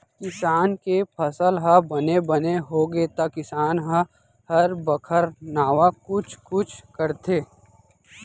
किसान के फसल ह बने बने होगे त किसान ह हर बछर नावा कुछ कुछ करथे